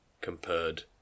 compared